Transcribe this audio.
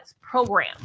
program